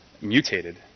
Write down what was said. mutated